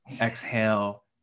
Exhale